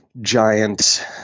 giant